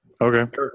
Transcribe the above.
okay